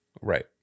Right